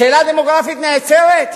השאלה הדמוגרפית נעצרת?